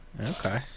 Okay